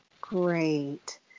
Great